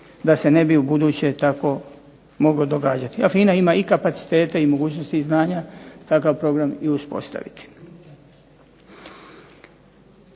da se ne bi ubuduće tako moglo događati. A FINA ima i kapacitete i mogućnosti i znanja takav program i uspostaviti.